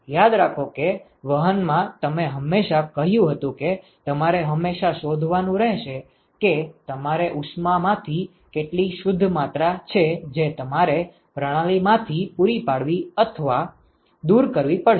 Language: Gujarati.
યાદ રાખો કે વહન માં તમે હંમેશાં કહ્યું હતું કે તમારે હંમેશાં શોધવાનું રહેશે કે તમારે ઉષ્મા માંથી કેટલી શુદ્ધ માત્રા છે જે તમારે પ્રણાલી માંથી પુરી પાડવી અથવા દૂર કરવી પડશે